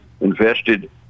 invested